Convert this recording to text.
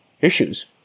issues